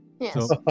Yes